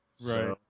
Right